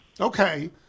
Okay